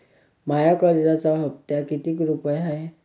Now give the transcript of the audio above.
माया कर्जाचा हप्ता कितीक रुपये हाय?